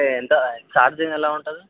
అంటే ఎంత ఛార్జింగ్ ఎలా ఉంటుంది